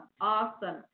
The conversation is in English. awesome